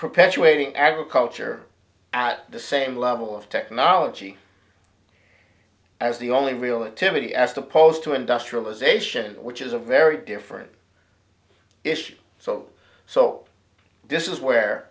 perpetuating agriculture at the same level of technology as the only real and to me as opposed to industrialization which is a very different issue so so this is where